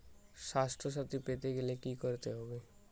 স্বাস্থসাথী পেতে গেলে কি করতে হবে?